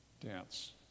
dance